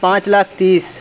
پانچ لاکھ تیس